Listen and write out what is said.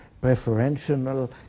preferential